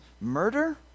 murder